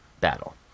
battle